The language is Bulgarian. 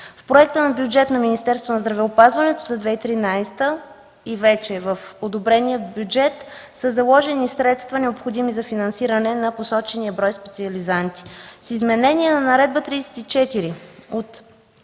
В проекта на бюджет на Министерството на здравеопазването за 2013 г., и вече в одобрен бюджет, са заложени средства, необходими за финансиране на посочения брой специализанти. С изменение на Наредба № 34 от